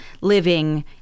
living